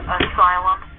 asylum